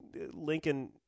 Lincoln—